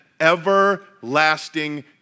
everlasting